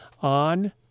on